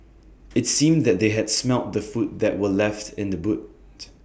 IT seemed that they had smelt the food that were left in the boot